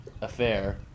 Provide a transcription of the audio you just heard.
affair